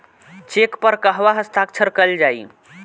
Check पर कहवा हस्ताक्षर कैल जाइ?